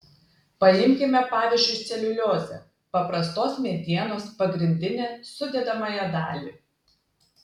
paimkime pavyzdžiu celiuliozę paprastos medienos pagrindinę sudedamąją dalį